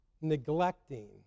neglecting